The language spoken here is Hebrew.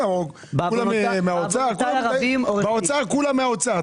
באוצר כולם מהאוצר.